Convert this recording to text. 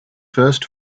first